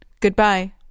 Goodbye